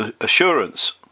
assurance